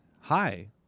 hi